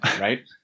Right